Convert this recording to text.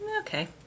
okay